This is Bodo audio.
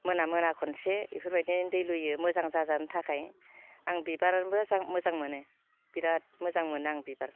मोना मोना खनसे बेफोरबायदिनो दै लुयो मोजां जाजानो थाखाय आं बिबार मोजां मोनो बिराद मोजां मोनो आं बिबारखौ